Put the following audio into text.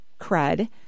crud